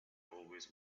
always